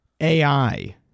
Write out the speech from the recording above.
AI